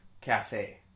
cafe